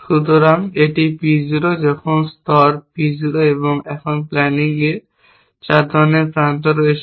সুতরাং এটি P 0 যখন স্তর P 0 এখন প্ল্যানিং এ 4 ধরণের প্রান্ত রয়েছে